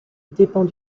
dépend